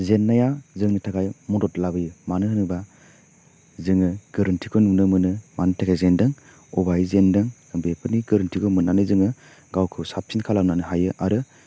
जेन्नाया जोंनि थाखाय मदद लाबोयो मानो होनोबा जोङो गोरोन्थिखौ नुनो मोनो मानि थाखाय जेन्दों अबाहाय जेन्दों बेफोरनि गोरोन्थिखौ मोन्नानै जोङो गावखौ साबसिन खालामनानै हायो आरो